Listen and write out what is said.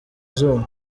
izuba